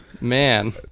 Man